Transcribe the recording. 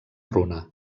runa